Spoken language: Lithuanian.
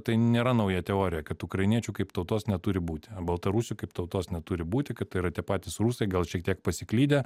tai nėra nauja teorija kad ukrainiečių kaip tautos neturi būti ar baltarusių kaip tautos neturi būti kad tai yra tie patys rusai gal šiek tiek pasiklydę